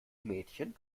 mädchen